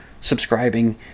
subscribing